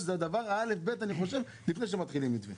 שזה הדבר הא'-ב אני חושב לפני שמתחילים מתווה.